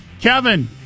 Kevin